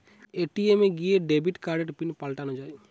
ATM এ গিয়ে debit কার্ডের পিন পাল্টানো যায়